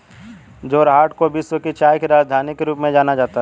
जोरहाट को विश्व की चाय की राजधानी के रूप में जाना जाता है